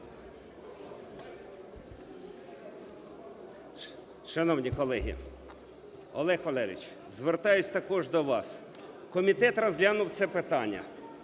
Шановні колеги! Олег Валерійович, звертаюся також до вас. Комітет розглянув це питання,